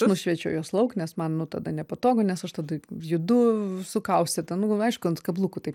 nušveičiau juos lauk nes man nu tada nepatogu nes aš tada judu sukaustyta nu aišku ant kablukų taip